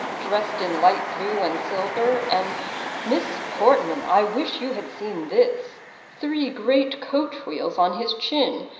dressed in light blue and silver, and miss portman, i wish you had seen this three great coach-wheels on his chin,